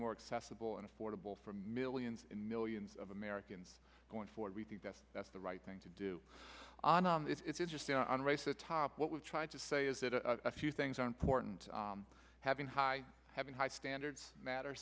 more accessible and affordable for millions and millions of americans going forward we think that that's the right thing to do on and it's interesting on race the top what we're trying to say is that a few things are important having high having high standards matter